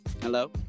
Hello